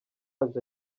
baje